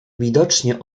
widocznie